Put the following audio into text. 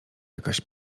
jakaś